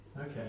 Okay